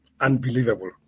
unbelievable